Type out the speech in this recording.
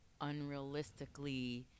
unrealistically